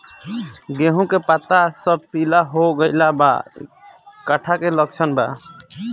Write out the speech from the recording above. गेहूं के पता सब पीला हो गइल बा कट्ठा के लक्षण बा?